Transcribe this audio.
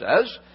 says